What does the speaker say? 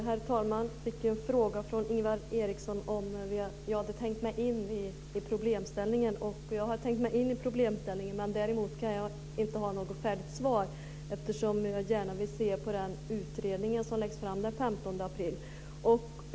Herr talman! Jag fick en fråga från Ingvar Eriksson om jag hade tänkt mig in i problemet. Jag har tänkt mig in i problemställningen, men däremot kan jag inte ha något färdigt svar. Jag vill gärna se på den utredning som läggs fram den 15 april.